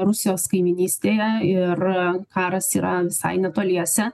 rusijos kaimynystėje ir karas yra visai netoliese